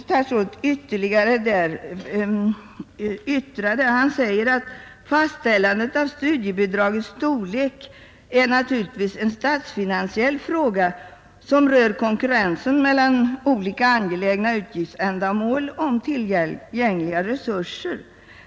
Statsrådet yttrade vidare: ”Fastställandet av studiebidragets storlek är naturligtvis en statsfinansiell fråga som rör konkurrensen mellan olika angelägna utgiftsändamål om tillgängliga resurser.